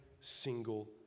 single